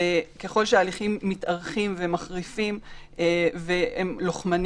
ככל שההליכים מתארכים ומחריפים ולוחמניים,